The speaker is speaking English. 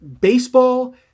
baseball